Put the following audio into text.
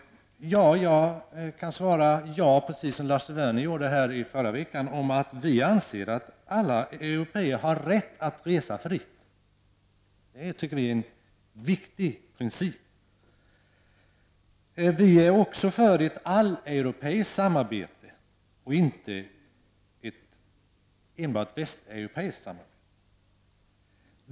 Jag kan svara ja, precis som Lasse Werner gjorde här i förra veckan, på frågan om vi anser att alla europeer har rätt att resa fritt. Det tycker vi är en viktig princip. Vi är också för ett alleuropeiskt samarbete och inte ett enbart västeuropeiskt samarbete.